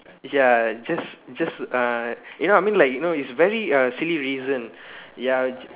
ya just just uh you know I mean like you know it's a very uh silly reason ya just